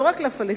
לא רק לפלסטינים,